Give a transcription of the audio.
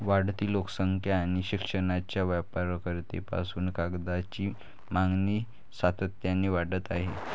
वाढती लोकसंख्या आणि शिक्षणाच्या व्यापकतेपासून कागदाची मागणी सातत्याने वाढत आहे